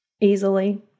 easily